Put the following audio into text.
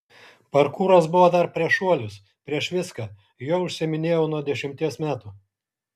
parkūras buvo dar prieš šuolius prieš viską juo užsiiminėjau nuo dešimties metų